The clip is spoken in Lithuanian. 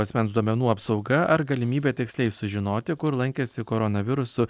asmens duomenų apsauga ar galimybė tiksliai sužinoti kur lankėsi koronavirusu